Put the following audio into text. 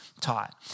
taught